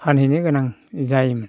फानहैनो गोनां जायोमोन